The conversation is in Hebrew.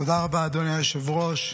תודה רבה, אדוני היושב-ראש.